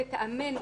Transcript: לטעמנו,